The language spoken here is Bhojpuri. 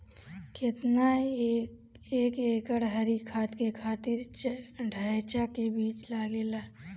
केतना एक एकड़ हरी खाद के खातिर ढैचा के बीज लागेला?